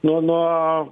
nuo nuo